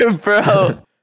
bro